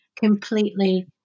completely